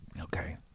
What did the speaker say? Okay